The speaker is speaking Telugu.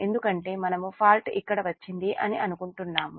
ఎందుకంటే మనము ఫాల్ట్ ఇక్కడ వచ్చింది అని అనుకుంటున్నాము